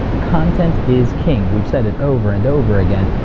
content is king, we've said it over and over again,